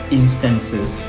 instances